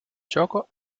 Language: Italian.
gioco